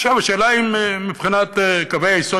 עכשיו השאלה היא אם מבחינת קווי היסוד